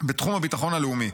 בתחום הביטחון הלאומי,